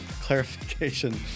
clarification